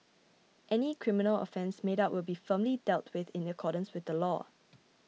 any criminal offence made out will be firmly dealt with in accordance with the law